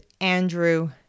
Andrew